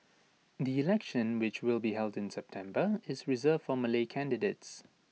the election which will be held in September is reserved for Malay candidates